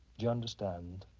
you understand